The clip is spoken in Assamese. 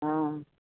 অঁ